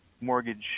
mortgage